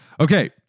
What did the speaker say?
okay